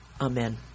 Amen